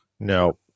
No